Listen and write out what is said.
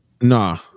nah